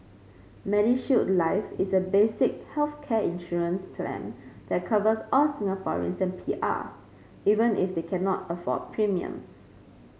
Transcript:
MediShield Life is a basic healthcare insurance plan that covers all Singaporeans and PRs even if they cannot afford premiums